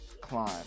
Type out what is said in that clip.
climb